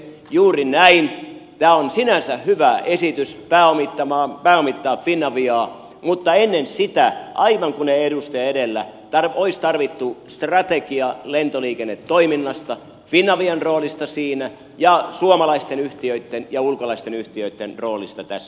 juuri näin tämä on sinänsä hyvä esitys pääomittaa finaviaa mutta ennen sitä aivan kuten edustaja edellä sanoi olisi tarvittu strategia lentoliikennetoiminnasta finavian roolista siinä ja suomalaisten yhtiöitten ja ulkolaisten yhtiöitten roolista tässä